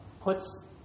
puts